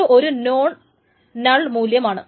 അത് ഒരു non null മൂല്യമാണ്